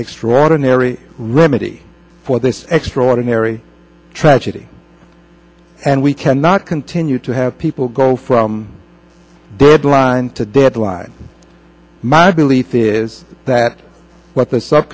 extraordinary remedy for this extraordinary tragedy and we cannot continue to have people go from birdlime to deadline my belief is that what the